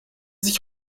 sich